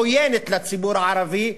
עוינת לציבור הערבי,